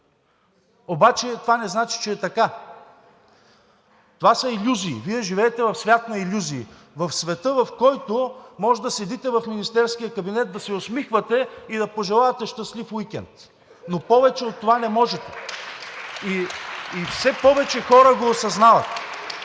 обаче това не значи, че е така. Това са илюзии. Вие живеете в свят на илюзии – в света, в който можете да седите в министерския кабинет, да се усмихвате и да пожелавате щастлив уикенд. Но повече от това не можете! (Ръкопляскания от